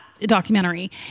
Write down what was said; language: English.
documentary